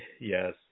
yes